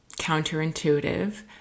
counterintuitive